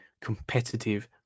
competitive